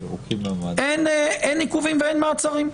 אין עיכובים ואין מעצרים.